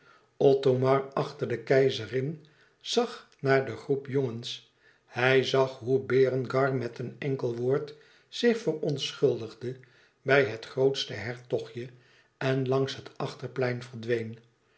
achter de keizerin zag naar de groep jongens hij zag hoe berengar met een enkel woord zich verontschuldigde bij het grootste hertogje en langs het achterplein verdween